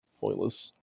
Pointless